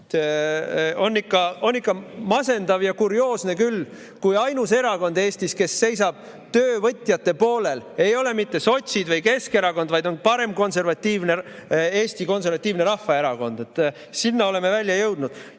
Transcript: on ikka masendav ja kurioosne küll, kui ainus erakond Eestis, kes seisab töövõtjate poolel, ei ole mitte sotsid või Keskerakond, vaid on paremkonservatiivne Eesti Konservatiivne Rahvaerakond. Sinna oleme välja jõudnud